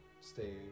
stay